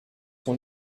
sont